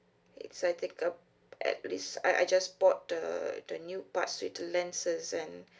it's like take uh at least I I just bought the the new parts with the lenses and